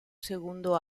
segundo